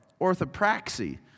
Orthopraxy